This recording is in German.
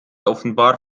offenbar